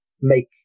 make